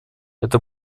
это